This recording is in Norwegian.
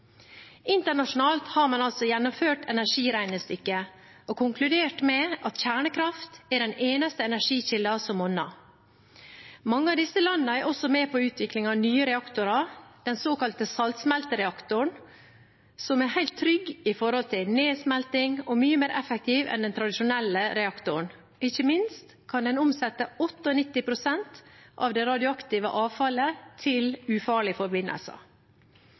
Internasjonalt har man altså gjennomført energiregnestykket og konkludert med at kjernekraft er den eneste energikilden som monner. Mange av disse landene er også med på utvikling av nye reaktorer, den såkalte saltsmeltereaktoren, som er helt trygg med hensyn til nedsmelting og mye mer effektiv enn den tradisjonelle reaktoren. Ikke minst kan den omsette 98 pst. av det radioaktive avfallet til ufarlige forbindelser.